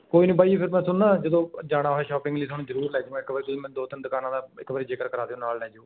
ਕੋਈ ਨੀ ਬਾਈ ਜੀ ਫਿਰ ਮੈਂ ਤੁਹਾਨੂੰ ਨਾ ਜਦੋਂ ਜਾਣਾ ਹੋਇਆ ਸ਼ੋਪਿੰਗ ਲਈ ਤੁਹਾਨੂੰ ਜਰੂਰ ਲੈ ਜੂਗਾ ਇੱਕ ਵਾਰੀ ਤੁਸੀਂ ਮੈਨੂੰ ਦੋ ਤਿੰਨ ਦੁਕਾਨਾਂ ਦਾ ਇੱਕ ਵਾਰੀ ਜਿਕਰ ਕਰਾ ਦਿਓ ਨਾਲ ਲੈ ਜਾਇਓ